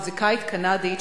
מוזיקאית קנדית,